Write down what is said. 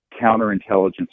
counterintelligence